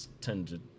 tended